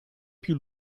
più